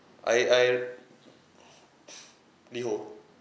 I I liho